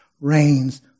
reigns